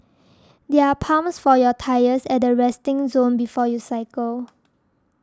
there are pumps for your tyres at the resting zone before you cycle